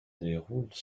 déroule